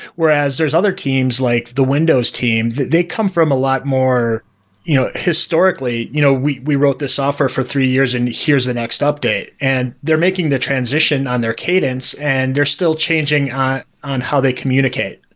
whereas there's other teams like the windows team, they come from a lot more you know historically, you know we we wrote this software for three years and here's the next update. and they're making the transition on their cadence and they're still changing on on how they communicate.